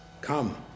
come